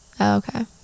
okay